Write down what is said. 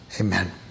Amen